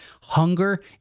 hunger